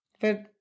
But-